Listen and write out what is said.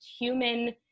human